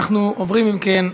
אנחנו עוברים, אם כן,